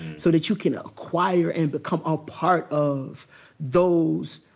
so that you can ah acquire and become a part of those